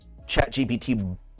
ChatGPT